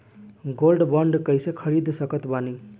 Gold bond कईसे खरीद सकत बानी?